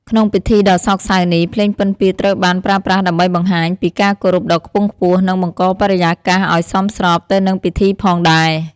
ក្នុងពិធីដ៏សោកសៅនេះ ភ្លេងពិណពាទ្យត្រូវបានប្រើប្រាស់ដើម្បីបង្ហាញពីការគោរពដ៏ខ្ពង់ខ្ពស់ និងបង្កបរិយាកាសឲ្យសមស្របទៅនឹងពិធីផងដែរ។